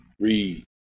Read